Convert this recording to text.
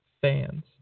fans